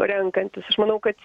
renkantis aš manau kad